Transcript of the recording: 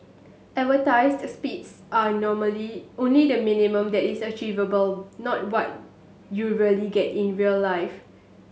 advertised speeds are only the minimum that is achievable not what you really get in real life